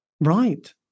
Right